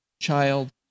child